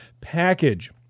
package